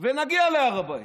ונגיע להר הבית.